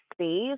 space